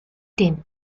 den